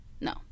no